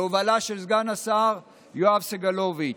בהובלה של סגן השר יואב סגלוביץ'.